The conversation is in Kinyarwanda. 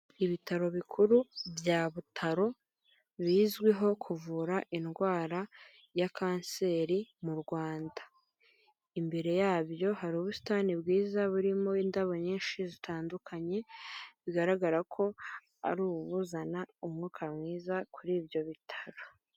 Ibitaro bikuru bya Butaro bizwiho kuvura indwara ya kanseri mu Rwanda, imbere yabyo hari ubusitani bwiza burimo indabo nyinshi zitandukanye bigaragara ko ari ubuzana umwuka mwiza kuri ibyo bitaro.